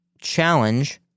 challenge